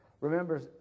Remember